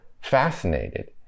fascinated